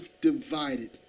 divided